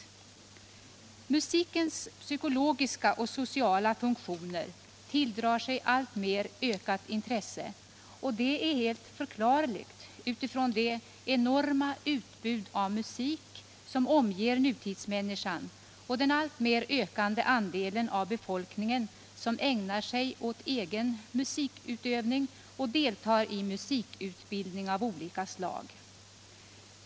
Musikens psykologiska och sociala funktioner tilldrar sig ett alltmer ökat intresse, och detta är helt förklarligt utifrån det enorma utbud av musik som omger nutidsmänniskan och den alltmer ökande andelen av befolkningen som ägnar sig åt egen musikutövning och deltar i musikutbildning av olika slag.